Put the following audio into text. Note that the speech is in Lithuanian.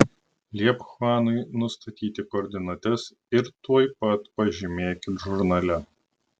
liepk chuanui nustatyti koordinates ir tuoj pat pažymėkit žurnale